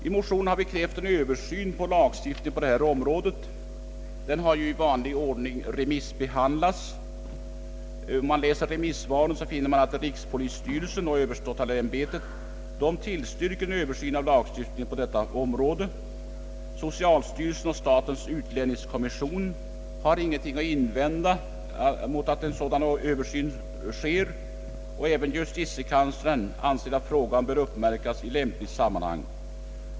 I motionen har vi krävt en översyn av lagstiftningen på området. Motionen har i vanlig ordning remissbehandlats. Rikspolisstyrelsen och överståthållarämbetet tillstyrker en översyn av lagstiftningen. Socialstyrelsen och statens utlänningskommission har ingenting att invända mot en översyn. Även justitiekanslern anser att frågan bör uppmärksammas i lämpligt sammanhang.